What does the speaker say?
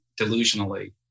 delusionally